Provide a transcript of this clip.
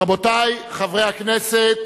רבותי חברי הכנסת,